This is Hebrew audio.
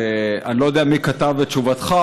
אני לא יודע מי כתב את תשובתך,